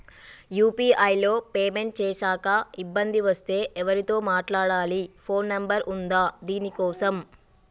UPI లో payment చేశాక ఇబ్బంది వస్తే ఎవరితో మాట్లాడాలి? ఫోన్ నంబర్ ఉందా దీనికోసం?